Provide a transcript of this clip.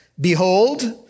Behold